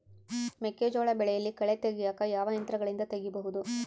ಮೆಕ್ಕೆಜೋಳ ಬೆಳೆಯಲ್ಲಿ ಕಳೆ ತೆಗಿಯಾಕ ಯಾವ ಯಂತ್ರಗಳಿಂದ ತೆಗಿಬಹುದು?